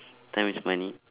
time is money